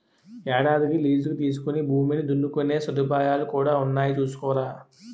ఏడాదికి లీజుకి తీసుకుని భూమిని దున్నుకునే సదుపాయాలు కూడా ఉన్నాయి చూసుకోరా